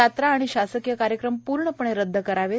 यात्रा शासकीय कार्यक्रम पूर्णपणे रदद करावेत